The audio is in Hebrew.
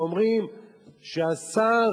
ואומרים ששר